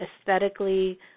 aesthetically